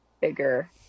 bigger